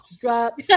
drop